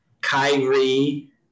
Kyrie